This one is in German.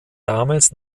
damals